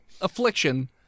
Affliction